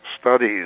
studies